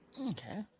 Okay